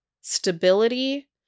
stability